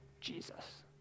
Jesus